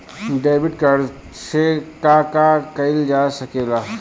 Debit card से का का कइल जा सके ला?